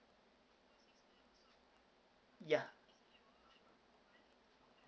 yeah